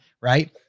right